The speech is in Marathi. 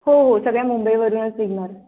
हो हो सगळ्या मुंबईवरूनच निघणार